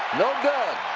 no good.